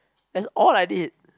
that's all I did